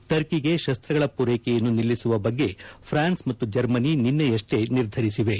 ಟರ್ಕಿಗೆ ಶಸ್ತಗಳ ಪೂರೈಕೆಯನ್ನು ನಿಲ್ಲಿಸುವ ಬಗ್ಗೆ ಫಾರ್ನ್ಸ್ ಮತ್ತು ಜರ್ಮನಿ ನಿನ್ನೆಯಷ್ಟೆ ನಿರ್ಧರಿಸಿವೆ